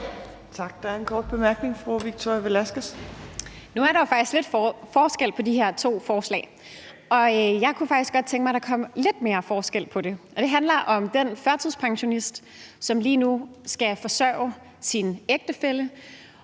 Nu er der jo faktisk lidt forskel på de her to forslag. Jeg kunne faktisk godt tænke mig, at der blev lidt mere forskel på dem. Det handler om den førtidspensionist, som lige nu skal forsørge sin ægtefælle